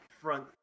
front